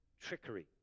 trickery